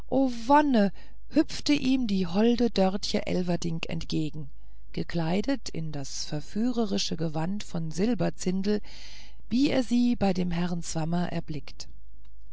hüpfte ihm die holde dörtje elverdink entgegen gekleidet in das verführerische gewand von silberzindel wie er sie bei dem herrn swammer erblickt